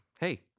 Hey